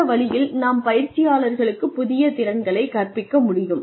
இந்த வழியில் நாம் பயிற்சியாளர்களுக்கு புதிய திறன்களைக் கற்பிக்க முடியும்